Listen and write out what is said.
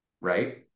right